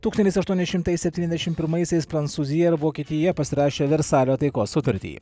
tūkstantis aštuoni šimtai septyniasdešimt pirmaisiais prancūzija ir vokietija pasirašė versalio taikos sutartį